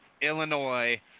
Illinois